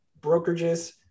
brokerages